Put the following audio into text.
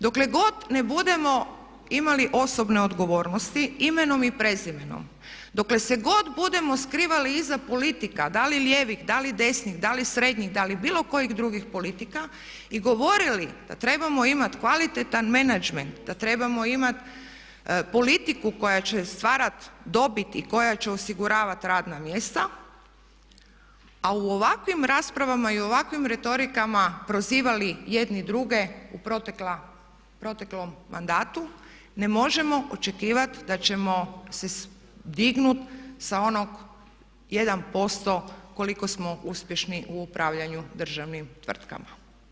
Dokle god ne budemo imali osobne odgovornosti imenom i prezimenom, dokle se god budemo skrivali iza politika da li lijevih, da li desnih, da li srednjih, da li bilo kojih drugih politika i govorili da trebamo imati kvalitetan menadžment, da trebamo imati politiku koja će stvarat dobit i koja će osiguravati radna mjesta a u ovakvim raspravama i u ovakvim retorikama prozivali jedni druge u proteklom mandatu ne možemo očekivati da ćemo se dignut sa onog 1% koliko smo uspješni u upravljanju državnim tvrtkama.